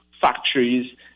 factories